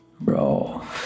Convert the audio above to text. bro